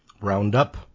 roundup